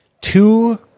two